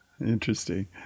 Interesting